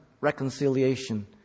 reconciliation